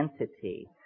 entity